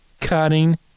cutting